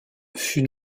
fut